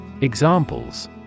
Examples